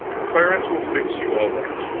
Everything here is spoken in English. clarence will fix you all right.